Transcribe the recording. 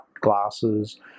glasses